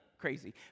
crazy